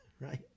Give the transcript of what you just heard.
right